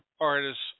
artists